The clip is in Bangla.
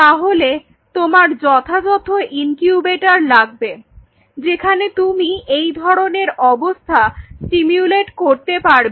তাহলে তোমার যথাযথ ইনকিউবেটর লাগবে যেখানে তুমি এই ধরনের অবস্থা স্টিমুলেট করতে পারবে